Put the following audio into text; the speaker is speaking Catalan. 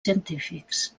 científics